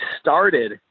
started